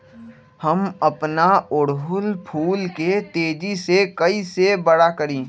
हम अपना ओरहूल फूल के तेजी से कई से बड़ा करी?